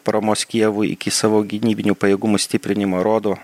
paramos kijevui iki savo gynybinių pajėgumų stiprinimo rodo